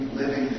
living